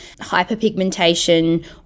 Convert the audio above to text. hyperpigmentation